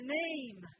name